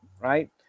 right